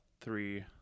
three